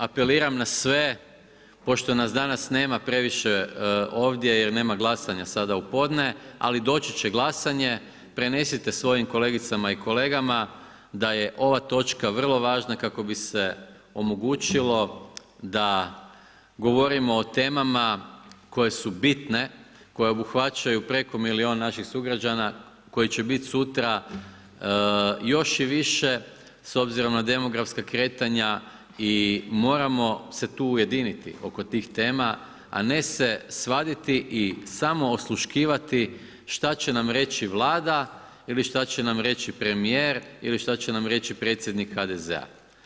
Apeliram na sve, pošto nas danas nema previše ovdje jer nema glasanja sada u podne, ali doći će glasanje, prenesite svojim kolegicama i kolegama da je ova točka vrlo važna kako bi se omogućilo da govorimo o temama koje su bitne, koje obuhvaćaju preko milion naših sugrađana koji će biti sutra još i više, s obzirom na demografska kretanja i moramo se tu ujediniti oko tih tema, a ne se svaditi i samo osluškivati što će nam reći Vlada ili što će nam reći premijer ili što će nam reći predsjednik HDZ-a.